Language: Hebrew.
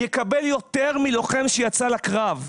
יקבל יותר מלוחם שיצא לקרב.